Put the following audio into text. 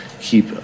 keep